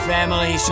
Family